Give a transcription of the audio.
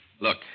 Look